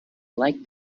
like